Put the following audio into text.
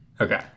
okay